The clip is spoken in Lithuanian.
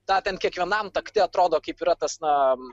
tą ten kiekvienam takte atrodo kaip yra tas na